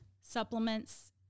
supplements